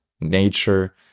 nature